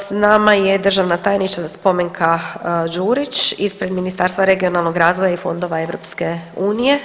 S nama je državna tajnica Spomenka Đurić ispred Ministarstva regionalnog razvoja i fondova EU.